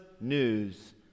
news